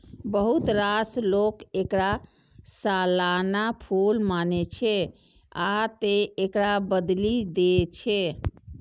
बहुत रास लोक एकरा सालाना फूल मानै छै, आ तें एकरा बदलि दै छै